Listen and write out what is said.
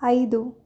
ಐದು